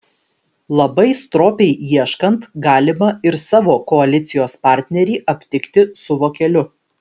labai stropiai ieškant galima ir savo koalicijos partnerį aptikti su vokeliu